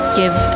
give